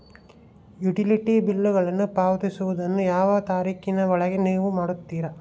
Utility ಬಿಲ್ಲುಗಳನ್ನು ಪಾವತಿಸುವದನ್ನು ಯಾವ ತಾರೇಖಿನ ಒಳಗೆ ನೇವು ಮಾಡುತ್ತೇರಾ?